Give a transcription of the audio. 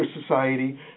society